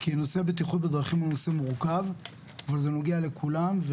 כי נושא הבטיחות בדרכים הוא נושא מורכב וזה נוגע לכולם,